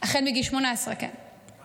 החל מגיל 18, כן?